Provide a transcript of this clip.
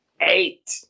Eight